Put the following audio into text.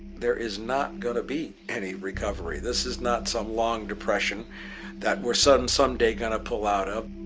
there is not going to be any recovery. this is not some long depression that we're some and some day going to pull out of.